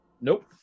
Nope